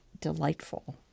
delightful